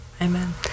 Amen